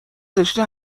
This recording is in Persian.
زشتی